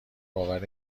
باور